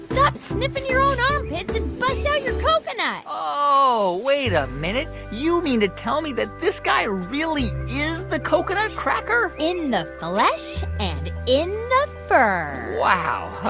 stop sniffing your own armpits and bust out your coconut oh, wait a minute. you mean to tell me that this guy really is the coconut cracker? in the flesh and in the fur wow.